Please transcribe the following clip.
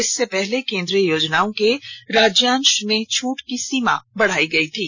इससे पहले केंद्रीय योजनाओं के राज्यांश में छूट की सीमा बढ़ाई गई थी